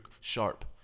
sharp